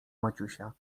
maciusia